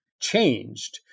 changed